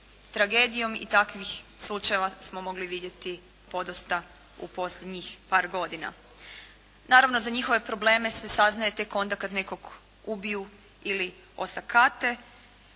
tragedijom i takvih slučajeva smo mogli vidjeti podosta u posljednjih par godina. Naravno za njihove probleme se saznaje tek onda kad nekog ubiju ili osakate.